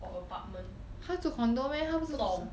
or apartment 不懂